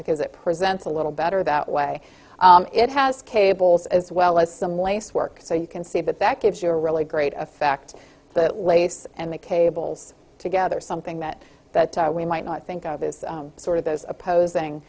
because it presents a little better that way it has cables as well as some lace work so you can see that that gives you a really great effect the lace and the cables together something that that we might not think of is sort of those oppos